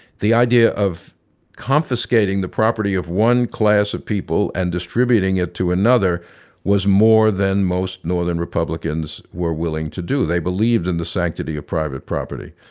the idea of confiscating the property of one class of people and distributing it to another was more than most northern republicans were willing to do. they believed in the sanctity of private property.